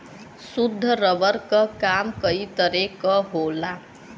शुद्ध रबर क काम कई तरे क होला